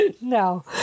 no